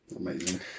Amazing